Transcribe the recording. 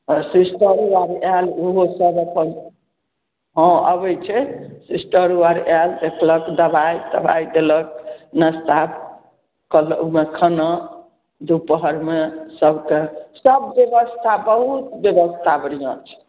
हँ सिस्टरो आर आएल ओहो सब अपन हँ अबैत छै सिस्टरो आर आएल देखलक दबाइ तबाइ देलक नाश्ता कहलहुँमे खाना दुपहरमे सबके सब ब्यवस्था बहुत ब्यवस्था बढ़िआँ छै